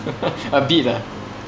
a bit lah